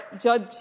judge